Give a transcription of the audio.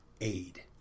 aid